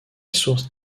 source